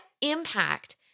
impact